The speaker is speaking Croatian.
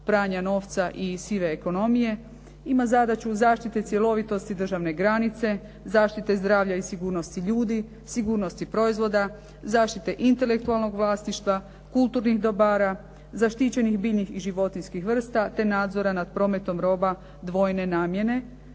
pranja novca i sive ekonomije. Ima zadaću zaštite cjelovitosti državne granice, zaštite zdravlja i sigurnosti ljudi, sigurnosti proizvoda, zaštite intelektualnog vlasništva, kulturnih dobara, zaštićenih biljnih i životinjskih vrsta, te nadzora nad prometom roba dvojne namjene.